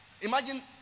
Imagine